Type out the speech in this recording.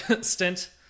stint